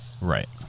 Right